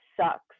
sucks